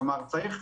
כלומר, צריך